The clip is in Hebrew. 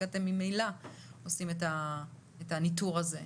כי ממילא אתם עושים את הניטור הזה.